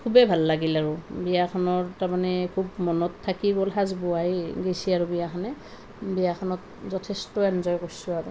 খুবেই ভাল লাগিল আৰু বিয়াখনৰ তাৰমানে খুব মনত থাকি গ'ল সাঁচ বহাই গৈছে আৰু বিয়াখনে বিয়াখনত যথেষ্ট এনজয় কৰিছোঁ আৰু